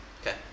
Okay